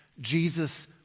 Jesus